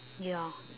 ya